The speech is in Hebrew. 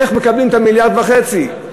איך מקבלים את המיליארד וחצי.